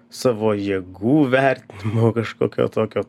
savo jėgų vertinimo kažkokio tokio